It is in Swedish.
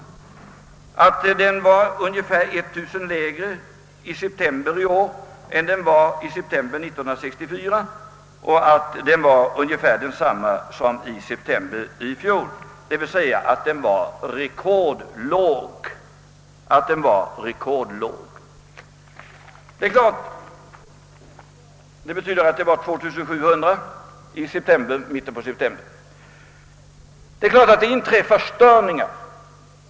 Slutligen var arbetslöshetssiffrorna ungefär 1000 lägre i september i år än samma månad 1964 och ungefär desamma som i september i fjol. Detta betyder att antalet arbetslösa var 2700 i mitten på september. Arbetslösheten var med andra ord rekordlåg.